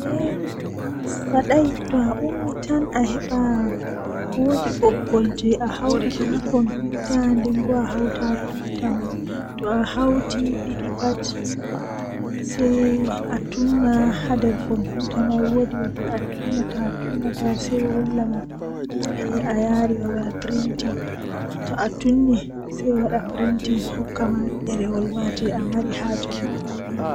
Midon laara waya am haa nyande kasata nde temmere haa nyalande midon yaaba nde temerre soo haa asaweere tomi hawri dun nangan midon yaaba nde temerre jweedidi.